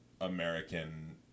american